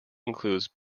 includes